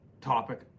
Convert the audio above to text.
topic